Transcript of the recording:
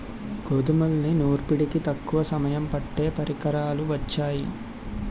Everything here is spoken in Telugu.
గోధుమల్ని నూర్పిడికి తక్కువ సమయం పట్టే పరికరాలు వొచ్చాయి